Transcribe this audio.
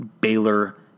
Baylor